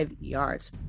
yards